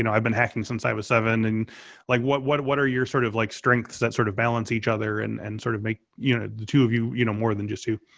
you know i've been hacking since i was seven. and like what what are your sort of like strengths that sort of balance each other and and sort of make you know the two of you you know more than just you?